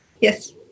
Yes